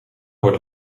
word